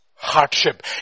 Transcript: Hardship